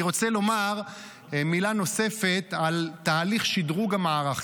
אני רוצה לומר מילה נוספת על תהליך שדרוג המערך.